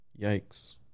Yikes